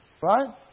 Right